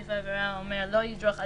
סעיף העבירה אומר: "לא ידרוך אדם,